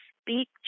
speak